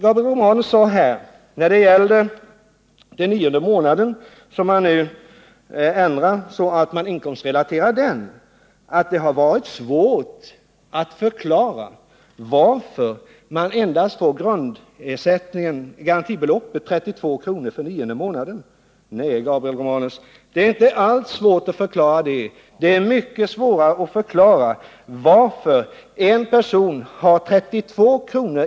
När det gäller reglerna för den nionde månaden, där man nu ändrar så att den blir inkomstrelaterad, sade Gabriel Romanus att det har varit svårt att förklara varför man endast får garantibeloppet 32 kr. för den nionde månaden. Nej, Gabriel Romanus, det är inte alls svårt att förklara. Det är mycket svårare att förklara varför en person har 32 kr.